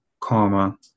karma